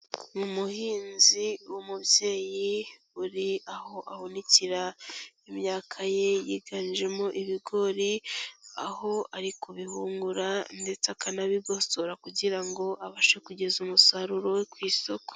Umuhinzi w'umubyeyi uri aho ahunikira imyaka ye yiganjemo ibigori, aho ari kubihungura ndetse akanabigosora kugira ngo abashe kugeza umusaruro we ku isoko.